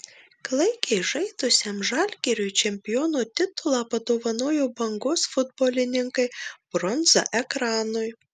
klaikiai žaidusiam žalgiriui čempiono titulą padovanojo bangos futbolininkai bronza ekranui